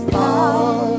power